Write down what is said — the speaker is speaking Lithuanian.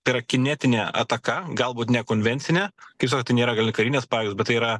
tai yra kinetinė ataka galbūt ne konvencinė kaip skat tai nėra gal karinės pajėgos bet tai yra